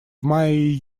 мае